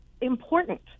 important